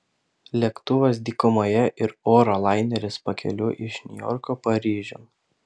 lėktuvas dykumoje ir oro laineris pakeliui iš niujorko paryžiun